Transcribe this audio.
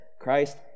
Christ